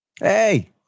Hey